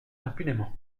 impunément